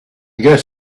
guess